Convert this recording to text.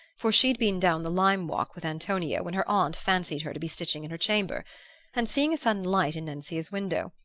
for she'd been down the lime-walk with antonio when her aunt fancied her to be stitching in her chamber and seeing a sudden light in nencia's window,